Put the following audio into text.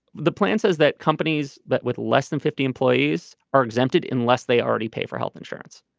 the plan says that companies that with less than fifty employees are exempted unless they already pay for health insurance.